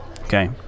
Okay